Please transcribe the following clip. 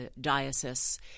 diocese